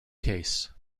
case